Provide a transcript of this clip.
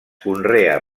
conrea